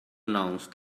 announce